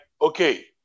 okay